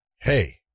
hey